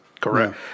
correct